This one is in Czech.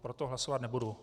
Proto hlasovat nebudu.